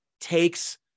takes